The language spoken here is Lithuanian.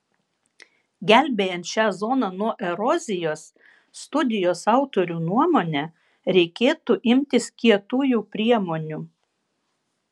gelbėjant šią zoną nuo erozijos studijos autorių nuomone reikėtų imtis kietųjų priemonių